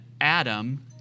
Adam